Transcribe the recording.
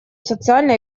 социально